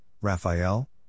Raphael